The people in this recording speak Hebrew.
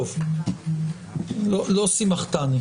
לא שמחתני.